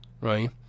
right